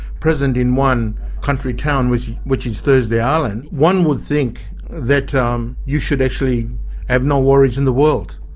present in one country town which which is thursday island, one would think that um you should actually have no worries in the world.